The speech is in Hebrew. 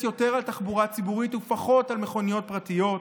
יותר על תחבורה ציבורית ופחות על מכוניות פרטיות?